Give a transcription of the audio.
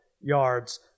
yards